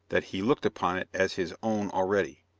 that he looked upon it as his own already.